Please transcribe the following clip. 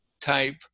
type